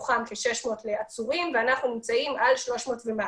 מתוכם כ-600 לעצורים ואנחנו נמצאים על 300 ומשהו,